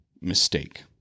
mistake